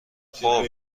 خوب